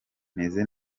meze